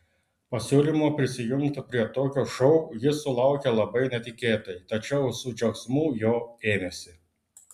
pasiūlymo prisijungti prie tokio šou jis sulaukė labai netikėtai tačiau su džiaugsmu jo ėmėsi